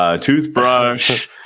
toothbrush